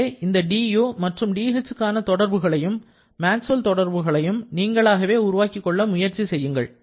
எனவே இந்த du மற்றும் dh க்கான தொடர்புகளையும் மேக்ஸ்வெல் தொடர்புகளையும் நீங்களாக உருவாக்கிக் கொள்ள முயற்சி செய்யுங்கள்